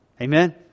Amen